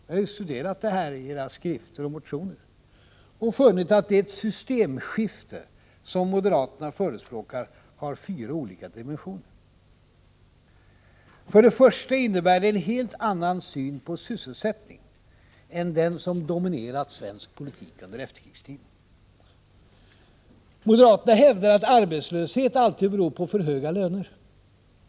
Jag har studerat detta i deras skrifter och motioner och funnit att det systemskifte som moderaterna förespråkar har fyra olika dimensioner. För det första innebär det en helt annan syn på sysselsättningen än den som dominerat svensk politik under efterkrigstiden. Moderaterna hävdar att arbetslöshet alltid beror på för höga löner.